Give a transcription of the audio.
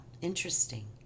interesting